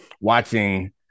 watching